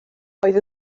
oedd